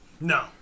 No